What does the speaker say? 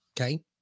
Okay